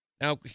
Now